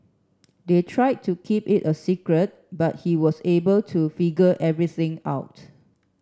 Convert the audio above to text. they tried to keep it a secret but he was able to figure everything out